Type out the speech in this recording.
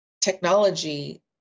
technology